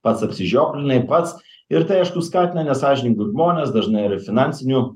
pats apsižioplinai pats ir tai aišku skatina nesąžiningus žmones dažnai ir finansinių